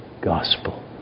gospel